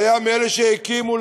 שהיה מאלה שהקימו,